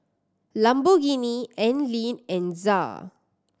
Lamborghini Anlene and ZA